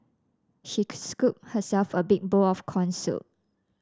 she scooped herself a big bowl of corn soup